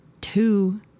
two